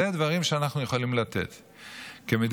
אלה דברים שאנחנו יכולים לתת כמדינה.